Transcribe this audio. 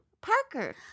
Parker